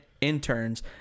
interns